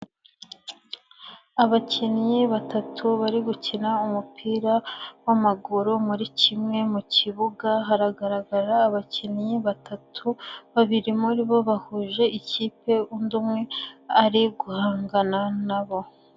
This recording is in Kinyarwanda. Abakinnyi batatu bari gukina umupira w'amaguru muri kimwe mu kibuga haragaragara abakinnyi batatu, babiri muri bo bahuje ikipe undi umwe ari guhangana na bo.